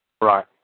Right